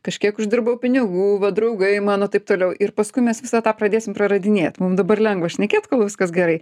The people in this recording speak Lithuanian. kažkiek uždirbau pinigų va draugai mano taip toliau ir paskui mes visą tą pradėsim praradinėt mum dabar lengva šnekėt kol viskas gerai